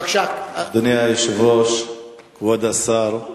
אדוני היושב-ראש, כבוד השר,